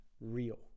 real